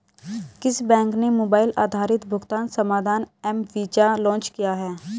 किस बैंक ने मोबाइल आधारित भुगतान समाधान एम वीज़ा लॉन्च किया है?